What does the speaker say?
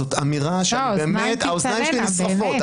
זאת אמירה שהאוזניים שלי נשרפות,